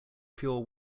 pure